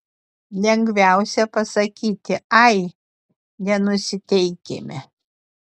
lengviausia pasakyti ai nenusiteikėme